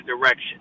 direction